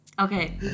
Okay